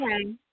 okay